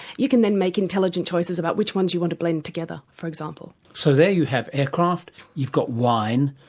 you can then make intelligent choices about which ones you want to blend together, for example. so there you have aircraft, you've got wine,